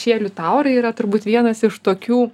šie liutaurai yra turbūt vienas iš tokių